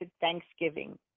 Thanksgiving